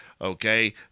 okay